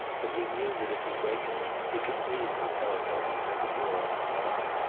but he knew that if he wakened he could easily telephone and have his door unlocked.